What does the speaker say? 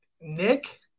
Nick